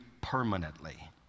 permanently